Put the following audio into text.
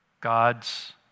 God's